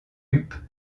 huppe